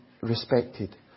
respected